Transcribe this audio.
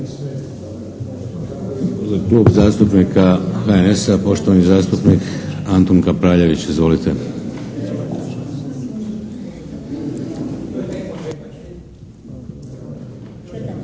Klub zastupnika HNS-a, poštovani zastupnik Antun Kapraljević. Izvolite.